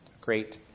great